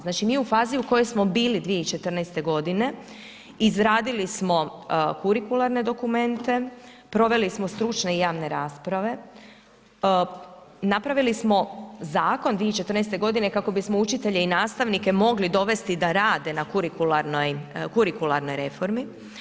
Znači mi u fazi u kojoj smo bili 2014. godine, izradili smo kurikularne dokumente, proveli smo stručne i javne rasprave, napravili smo zakon 2014. godine kako bismo učitelje i nastavnike mogli dovesti da rade na Kurikularnoj reformi.